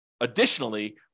additionally